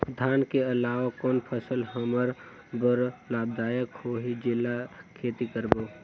धान के अलावा कौन फसल हमर बर लाभदायक होही जेला खेती करबो?